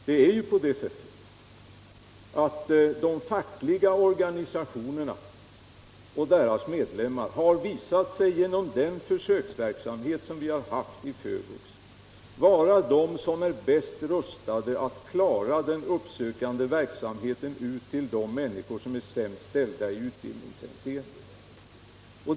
Det är på det sättet, fru Sundberg, att de fackliga organisationerna och deras medlemmar vid den försöksverksamhet vi har haft i FÖVUX har visat sig vara de som är bäst rustade att klara den uppsökande verksamheten för att nå de människor som är sämst ställda i utbildningshänseende.